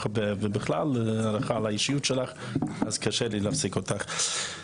הרבה ובכלל לאישיות שלך והיה קשה לי להפסיק אותך.